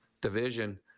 division